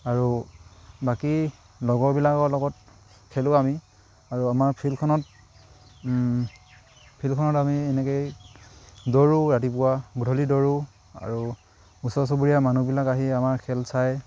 আৰু বাকী লগৰবিলাকৰ লগত খেলোঁ আমি আৰু আমাৰ ফিল্ডখনত ফিল্ডখনত আমি এনেকেই দৌৰোঁ ৰাতিপুৱা গধূলি দৌৰোঁ আৰু ওচৰ চুবুৰীয়া মানুহবিলাক আহি আমাৰ খেল চায়